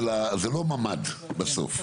זה לא ממ"ד בסוף.